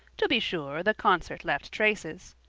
to be sure, the concert left traces.